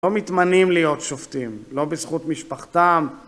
לא מתמנים להיות שופטים, לא בזכות משפחתם.